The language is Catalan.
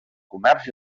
comerç